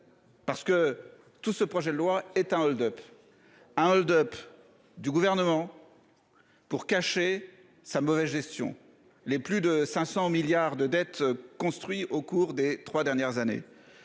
Parce que tout ce projet de loi étant hold-up. Hold-up du gouvernement. Pour cacher sa mauvaise gestion. Les plus de 500 milliards de dette construit au cours des 3 dernières années.